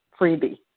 freebie